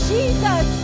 Jesus